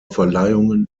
verleihungen